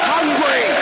Hungry